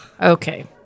Okay